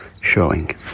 showing